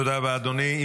תודה רבה, אדוני.